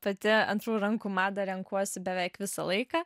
pati antrų rankų madą renkuosi beveik visą laiką